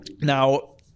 Now